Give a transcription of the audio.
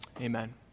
amen